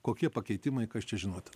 kokie pakeitimai kas čia žinoti